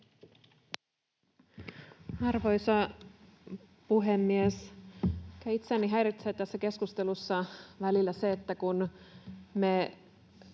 Arvoisa puhemies! Itseäni häiritsee tässä keskustelussa välillä se, että kun me